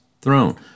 throne